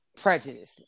prejudice